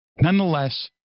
nonetheless